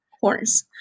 horse